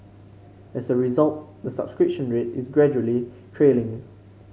as a result the subscription rate is gradually trailing